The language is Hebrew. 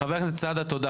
תודה.